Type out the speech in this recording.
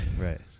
Right